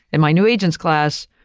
in my new agents class,